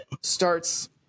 starts